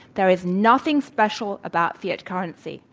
there is nothing special about fiat currency.